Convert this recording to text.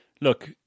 Look